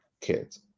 kids